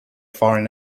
foreign